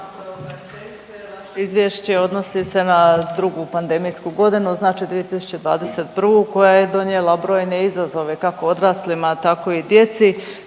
izvješće odnosi se na drugu pandemijsku godinu, znači 2021. koja je donijela brojne izazove kako odraslima, tako i djeci